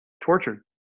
tortured